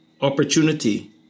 opportunity